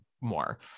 more